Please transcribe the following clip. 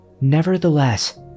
Nevertheless